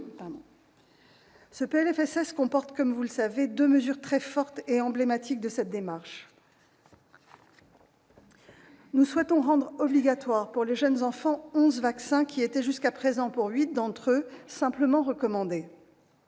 Ce PLFSS comporte, vous le savez, deux mesures très fortes et emblématiques de cette démarche. Nous souhaitons rendre obligatoires pour les jeunes enfants onze vaccins qui étaient jusqu'à présent, pour huit d'entre eux, simplement recommandés.